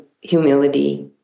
humility